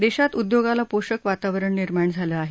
देशात उद्योगाला पोषक वातावरण निर्माण झालं आहे